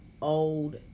old